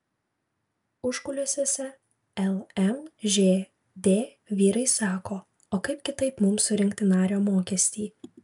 užkulisiuose lmžd vyrai sako o kaip kitaip mums surinkti nario mokestį